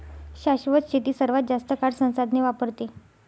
शाश्वत शेती सर्वात जास्त काळ संसाधने वापरते